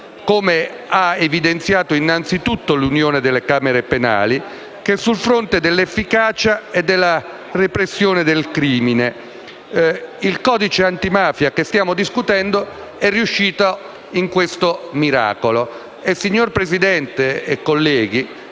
come ha evidenziato l'Unione delle camere penali, sia sul fronte dell'efficacia della repressione del crimine. Il codice antimafia che stiamo discutendo è riuscito in questo miracolo. Signor Presidente, colleghi,